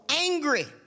angry